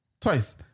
twice